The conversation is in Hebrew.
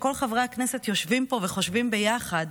שכל חברי הכנסת יושבים פה וחושבים ביחד